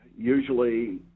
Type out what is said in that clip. Usually